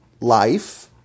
life